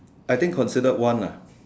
I think considered one ah